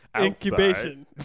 incubation